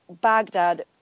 Baghdad